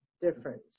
difference